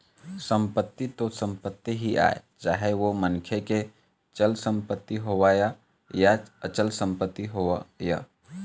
संपत्ति तो संपत्ति ही आय चाहे ओ मनखे के चल संपत्ति होवय या अचल संपत्ति होवय